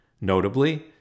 Notably